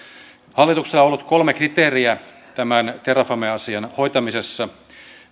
hallituksella on ollut kolme kriteeriä tämän terrafame asian hoitamisessa